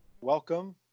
Welcome